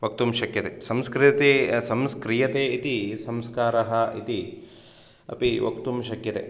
वक्तुं शक्यते संस्कृतिः संस्क्रियते इति संस्कारः इति अपि वक्तुं शक्यते